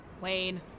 Wayne